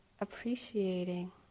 appreciating